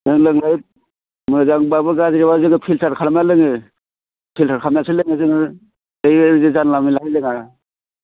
लोंब्लाबो मोजां बाबो गाज्रि बा जोङो फिल्टार खालामनानै लोङो फिल्टार खालामनानैसो लोङो जोङो जानला मानला लोङा